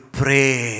pray